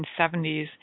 1970s